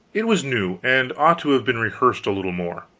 it was new, and ought to have been rehearsed a little more.